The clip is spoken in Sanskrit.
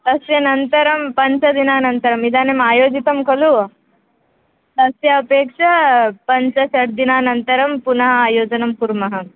तस्य अनन्तरं पञ्चदिनानन्तरम् इदानीम् आयोजितं खलु तस्य अपेक्षया पञ्च षड्दिनानन्तरं पुनः आयोजनं कुर्मः